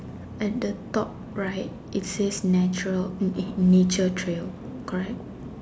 at the top right it says natural um eh nature trail correct